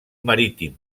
marítim